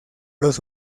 los